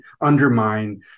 undermine